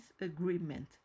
agreement